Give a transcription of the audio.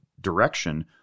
direction